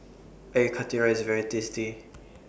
Air Karthira IS very tasty